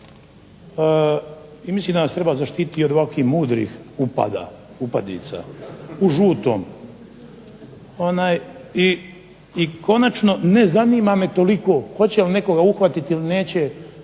I mislim da nas treba zaštiti i od ovakvih mudrih upadica u žutom. I konačno, ne zanima me toliko hoće li nekoga uhvatiti ili neće